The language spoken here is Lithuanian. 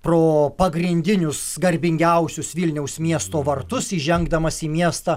pro pagrindinius garbingiausius vilniaus miesto vartus įžengdamas į miestą